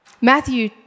Matthew